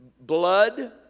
blood